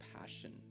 passion